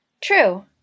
True